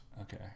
Okay